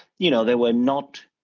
you know, they were not,